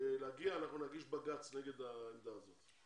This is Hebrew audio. להגיע אנחנו נגיש בג"צ נגד העמדה הזאת,